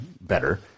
better